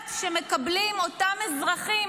החל"ת שמקבלים אותם אזרחים,